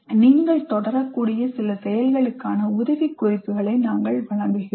நீங்கள் தொடரக்கூடிய சில செயல்களுக்கான உதவிக்குறிப்புகளை நாங்கள் வழங்குகிறோம்